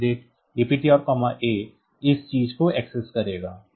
MOVX DPTR A इस चीज को एक्सेस करेगा